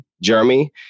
Jeremy